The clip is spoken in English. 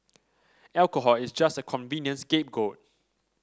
alcohol is just a convenient scapegoat